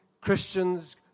Christians